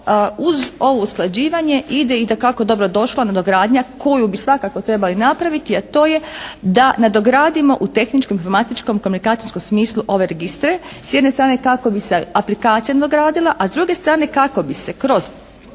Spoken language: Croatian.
uz ovo usklađivanje ide itekako dobro došla nadogradnja koju bi svakako trebali napraviti a to je da nadogradimo u tehničko-informatičkom komunikacijskom smislu ove registre s jedne strane kako bi sa aplikacijom dogradila, a s druge strane kako bi se kroz